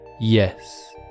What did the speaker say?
yes